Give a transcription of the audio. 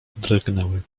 drgnęły